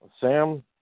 Sam